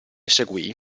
seguì